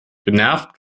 genervt